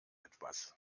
etwas